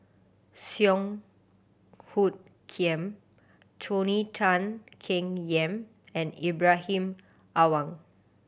Song Hoot Kiam Tony Tan Keng Yam and Ibrahim Awang